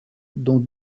dont